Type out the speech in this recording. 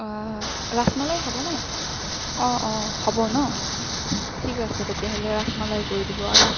ৰাসমালাই হ'বনে অঁ অঁ হ'ব ন ঠিক আছে তেতিয়াহ'লে ৰাসমালাই কৰি দিব আৰু